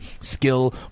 skill